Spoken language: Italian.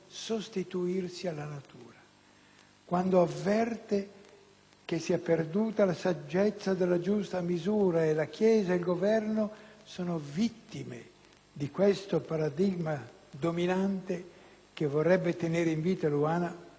Quando avverte che si è perduta la saggezza della giusta misura e la Chiesa e il Governo sono vittime di questo paradigma dominante, che vorrebbe tenere in vita Eluana contro la natura